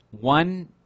One